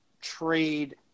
trade